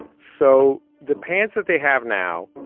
so the pants that they have now,